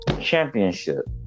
championship